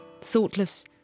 Thoughtless